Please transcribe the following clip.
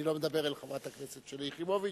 אני לא מדבר אל חברת הכנסת שלי יחימוביץ,